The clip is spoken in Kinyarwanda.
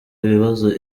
ibibazo